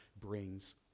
brings